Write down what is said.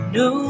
no